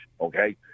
okay